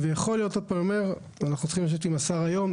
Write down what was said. אנחנו צריכים לשבת עם השר היום,